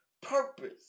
purpose